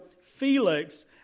Felix